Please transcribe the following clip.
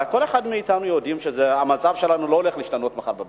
הרי כל אחד מאתנו יודע שהמצב שלנו לא הולך להשתנות מחר בבוקר.